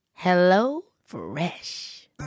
HelloFresh